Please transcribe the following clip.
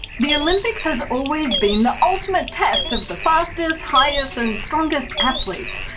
the olympics has always been the ultimate test of the fastest, highest and strongest athletes.